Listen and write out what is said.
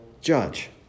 judge